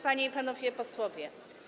Panie i Panowie Posłowie!